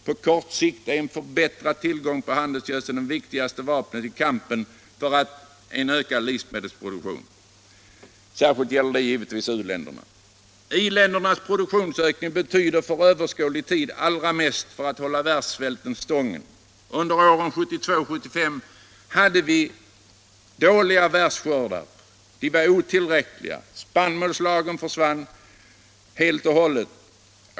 På kort sikt är en förbättrad tillgång på handelsgödsel det viktigaste vapnet i kampen för en ökad livsmedelsproduktion. Särskilt gäller det givetvis u-länderna. I-ländernas produktionsökning betyder för överskådlig tid allra mest för att hålla världssvälten stången. Under åren 1972-1975 hade vi dåliga världsskördar. De var otillräckliga och spannmålslagren försvann helt och hållet.